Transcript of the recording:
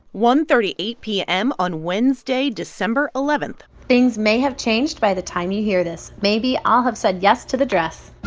one thirty eight p m. on wednesday, december eleven point things may have changed by the time you hear this. maybe i'll have said yes to the dress